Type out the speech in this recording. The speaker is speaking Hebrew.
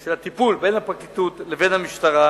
של הטיפול בין הפרקליטות לבין המשטרה